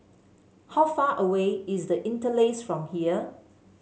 how far away is The Interlace from here